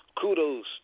kudos